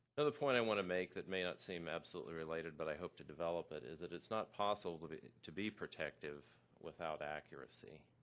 another point i want to make that may not seem absolutely related but i hope to develop it is that it's not possible to be to be protective without accuracy.